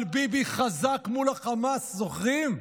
על ביבי חזק מול החמאס, זוכרים?